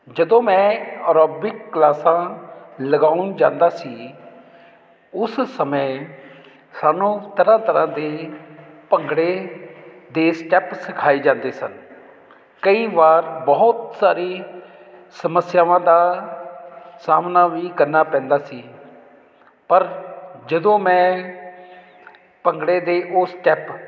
ਜਦੋਂ ਮੈਂ ਐਰੋਬਿਕ ਕਲਾਸਾਂ ਲਗਾਉਣ ਜਾਂਦਾ ਸੀ ਉਸ ਸਮੇਂ ਸਾਨੂੰ ਤਰ੍ਹਾਂ ਤਰ੍ਹਾਂ ਦੇ ਭੰਗੜੇ ਦੇ ਸਟੈਪ ਸਿਖਾਏ ਜਾਂਦੇ ਸਨ ਕਈ ਵਾਰ ਬਹੁਤ ਸਾਰੀ ਸਮੱਸਿਆਵਾਂ ਦਾ ਸਾਹਮਣਾ ਵੀ ਕਰਨਾ ਪੈਂਦਾ ਸੀ ਪਰ ਜਦੋਂ ਮੈਂ ਭੰਗੜੇ ਦੇ ਉਹ ਸਟੈਪ